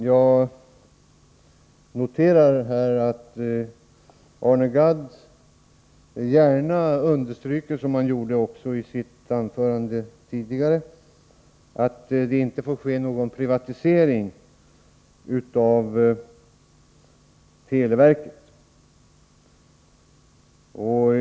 Herr talman! Jag noterar att Arne Gadd här, precis som han gjorde i sitt tidigare anförande, gärna understryker att det inte får ske någon privatisering av televerket.